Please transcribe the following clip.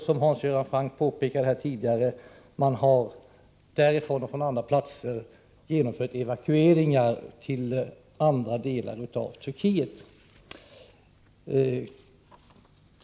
Som Hans Göran Franck påpekade har man därifrån och från andra platser evakuerat människor till andra delar av Turkiet.